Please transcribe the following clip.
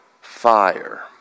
fire